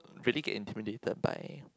really get intimidated by